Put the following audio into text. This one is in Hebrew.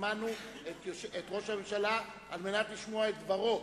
הזמנו את ראש הממשלה כדי לשמוע את דברו.